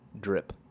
Drip